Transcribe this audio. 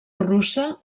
russa